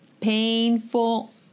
Painful